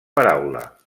paraula